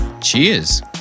cheers